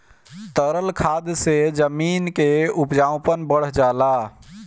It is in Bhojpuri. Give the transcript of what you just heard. तरल खाद से जमीन क उपजाऊपन बढ़ जाला